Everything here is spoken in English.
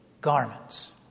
garments